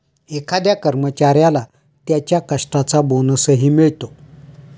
एखाद्या कर्मचाऱ्याला त्याच्या कष्टाचा बोनसही मिळतो